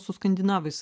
su skandinavais